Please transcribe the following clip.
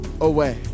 away